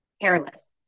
careless